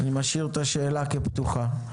אני משאיר את השאלה פתוחה.